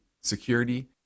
security